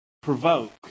provoke